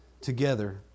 together